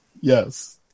Yes